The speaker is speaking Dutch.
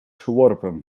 geworpen